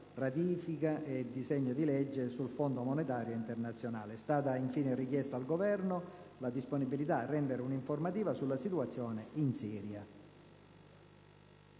modifica allo statuto del Fondo monetario internazionale. È stata infine richiesta al Governo la disponibilità a rendere un'informativa sulla situazione in Siria.